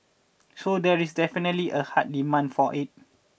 so there is definitely a hard demand for it